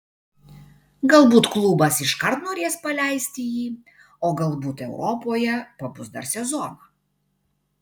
galbūt klubas iškart norės paleisti jį o galbūt europoje pabus dar sezoną